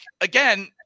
again